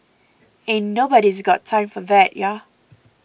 ain't nobody's got time for that ya